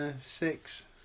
Six